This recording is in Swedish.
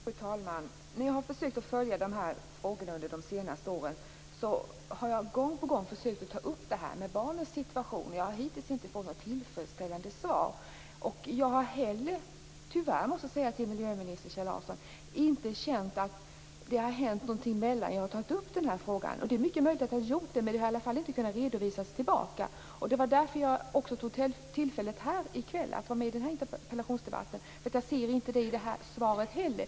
Fru talman! När jag har försökt att följa dessa frågor under de senaste åren har jag gång på gång försökt att ta upp barnens situation. Jag har hittills inte fått något tillfredsställande svar. Jag måste tyvärr säga till miljöminister Kjell Larsson att jag heller inte känt att det hänt någonting sedan jag tagit upp den här frågan. Det är mycket möjligt att det har gjort det. Men det har i varje fall inte kunnat redovisas tillbaka. Det var därför jag tog tillfället här i kväll att vara med i interpellationsdebatten. Jag ser inte heller någonting i detta svar.